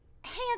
hands